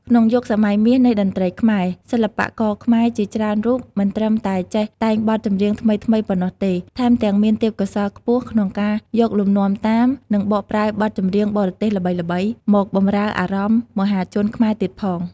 ក្នុងយុគសម័យមាសនៃតន្ត្រីខ្មែរ សិល្បករខ្មែរជាច្រើនរូបមិនត្រឹមតែចេះតែងបទចម្រៀងថ្មីៗប៉ុណ្ណោះទេ ថែមទាំងមានទេពកោសល្យខ្ពស់ក្នុងការ យកលំនាំតាម និងបកប្រែបទចម្រៀងបរទេសល្បីៗ មកបម្រើអារម្មណ៍មហាជនខ្មែរទៀតផង។